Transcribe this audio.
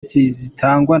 zitangwa